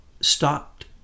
stopped